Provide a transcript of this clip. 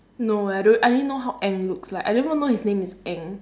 no I don't I don't even know how aang looks like I didn't even know his name is aang